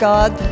God